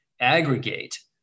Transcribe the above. aggregate